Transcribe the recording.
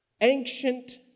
ancient